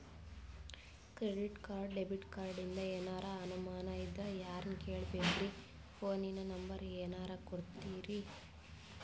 Credit card, debit ಕಾರ್ಡಿಂದ ಏನರ ಅನಮಾನ ಇದ್ರ ಯಾರನ್ ಕೇಳಬೇಕ್ರೀ, ಫೋನಿನ ನಂಬರ ಏನರ ಕೊಡ್ತೀರಿ?